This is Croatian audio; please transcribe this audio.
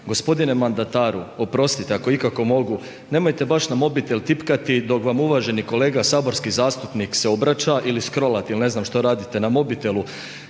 Gospodine mandataru oprostite ako ikako mogu, nemojte baš na mobitel tipkati dok vam uvaženi kolega saborski zastupnik se obraća ili skrolati ili ne znam što radite na mobitelu.